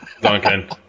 Duncan